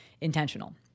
intentional